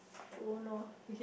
don't lor